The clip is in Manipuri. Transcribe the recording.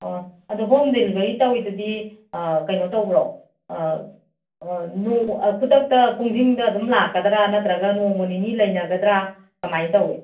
ꯑꯣ ꯑꯗꯣ ꯍꯣꯝ ꯗꯤꯂꯤꯕꯔꯤ ꯇꯧꯔꯤꯗꯨꯗꯤ ꯀꯩꯅꯣ ꯇꯧꯕ꯭ꯔꯣ ꯈꯨꯗꯛꯇ ꯄꯨꯡꯁꯤꯡꯗ ꯑꯗꯨꯝ ꯂꯥꯛꯀꯗ꯭ꯔ ꯅꯠꯇ꯭ꯔꯒ ꯅꯣꯡꯃ ꯅꯤꯅꯤ ꯂꯩꯅꯒꯗ꯭ꯔ ꯀꯃꯥꯏ ꯇꯧꯏ